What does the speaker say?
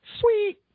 Sweet